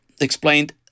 explained